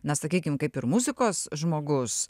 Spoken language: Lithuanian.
na sakykim kaip ir muzikos žmogus